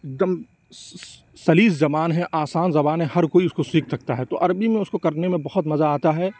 ایک دم سلیس زبان ہے آسان زبان ہے ہر کوئی اِس کو سیکھ سکتا ہے تو عربی میں اُس کو کرنے میں بہت مزہ آتا ہے